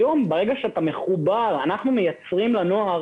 היום, ברגע שאתה מחובר, היום אנחנו מייצרים לנוער